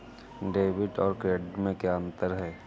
Debit और credit में क्या अंतर है?